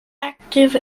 active